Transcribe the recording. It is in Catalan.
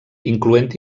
incloent